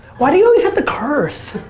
why do you always have to curse?